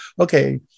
okay